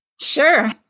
Sure